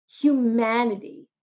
humanity